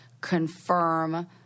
confirm